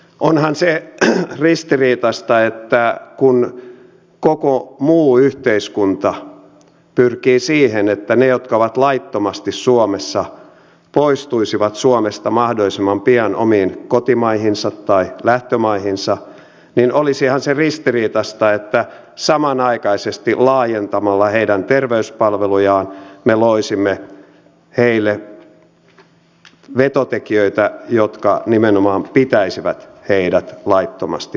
olisihan se ristiriitaista että kun koko muu yhteiskunta pyrkii siihen että ne jotka ovat laittomasti suomessa poistuisivat suomesta mahdollisimman pian omiin kotimaihinsa tai lähtömaihinsa niin samanaikaisesti laajentamalla heidän terveyspalvelujaan me loisimme heille vetotekijöitä jotka nimenomaan pitäisivät heidät laittomasti maassamme